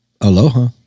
Aloha